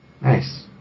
Nice